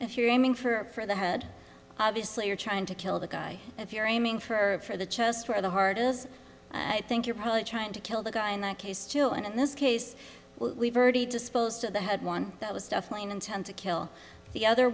if you're aiming for the head obviously you're trying to kill the guy if you're aiming for the chest where the heart is i think you're probably trying to kill the guy in that case still and in this case we've already disposed of the head one that was definitely an intent to kill the other